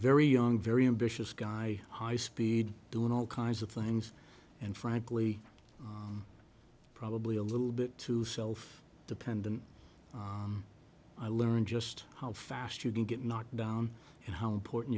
very young very ambitious guy high speed doing all kinds of things and frankly probably a little bit too self dependent i learned just how fast you can get knocked down and how important